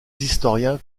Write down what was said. historiens